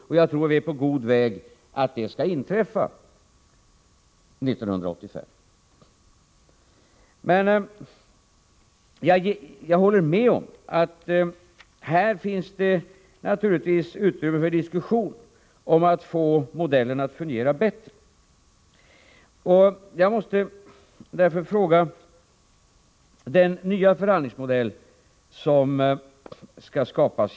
Och jag tror att vi är på god väg mot att detta skall inträffa 1985. Men jag håller med om att det naturligtvis finns utrymme för diskussion om att få modellen att fungera bättre. Jag måste därför ställa en fråga. Det gäller den nya förhandlingsmodell som skall skapas.